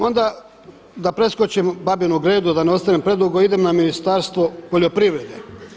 Onda da preskočim Babinu Gredu, da ne ostanem predugo, idem na Ministarstvo poljoprivrede.